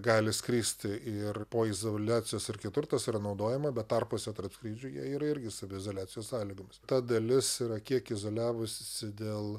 gali skristi ir po izoliacijos ar kitur tas yra naudojama bet tarpuose tarp skrydžių jie yra irgi saviizoliacijos sąlygomis ta dalis yra kiek izoliavusi dėl